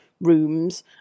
rooms